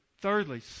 Thirdly